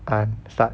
I start